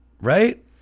right